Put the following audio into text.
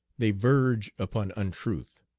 they verge upon untruth.